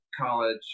college